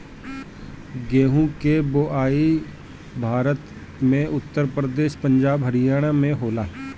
गेंहू के बोआई भारत में उत्तर प्रदेश, पंजाब, हरियाणा में होला